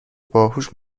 باهوش